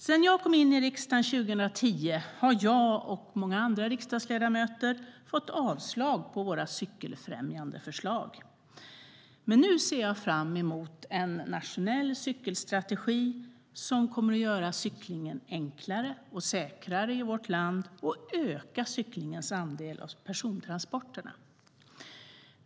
Sedan jag kom in i riksdagen 2010 har jag och många andra riksdagsledamöter fått avslag på våra cykelfrämjande förslag. Men nu ser jag fram emot en nationell cykelstrategi som kommer att göra cyklingen enklare och säkrare i vårt land och öka cyklingens andel av persontransporterna.